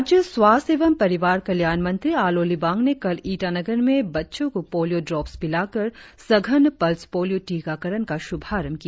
राज्य स्वास्थ्य एवं परिवार कल्याण मंत्री आलो लिबांग ने कल ईटानगर में बच्चों को पोलियों ड्रॉप्स पिलाकर सघन पल्स पोलियों टीकाकरण का शुभारंभ किया